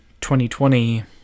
2020